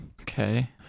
Okay